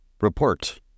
Report